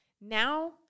Now